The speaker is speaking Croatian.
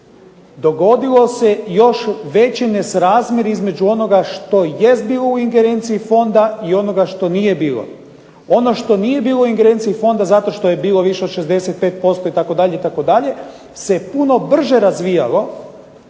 dogodio se još veći ne srazmjer što jest bio u ingerenciji Fonda i onoga što nije bilo. Ono što nije bilo u ingerenciji Fonda zato što je bilo više od 65% itd., se puno brže razvijalo